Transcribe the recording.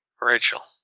Rachel